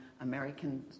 American